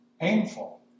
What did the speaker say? painful